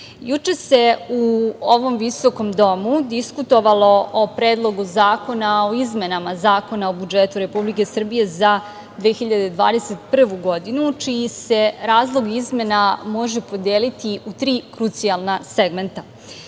juče se u ovom visokom domu diskutovalo o Predlogu zakona o izmenama Zakona o budžetu Republike Srbije za 2021. godinu, čiji se razlog izmena može podeliti u tri krucijalna segmenta,